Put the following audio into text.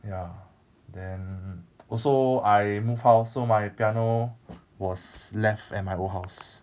ya then also I move house so my piano was left at my old house